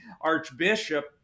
archbishop